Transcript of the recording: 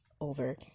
over